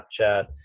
Snapchat